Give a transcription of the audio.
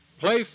Play